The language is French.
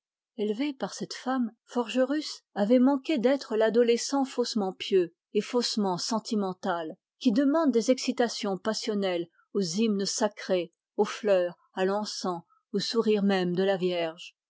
élevé par cette femme forgerus avait manqué d'être l'adolescent faussement pieux et faussement sentimental qui demande des excitations passionnelles aux hymnes sacrés aux fleurs à l'encens au sourire même de la vierge